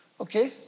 Okay